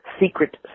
Secret